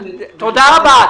--- תודה רבה.